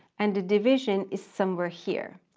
and the division is somewhere here.